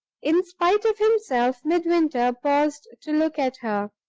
in spite of himself, midwinter paused to look at her.